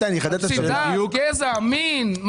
על פי דת, גזע, מין?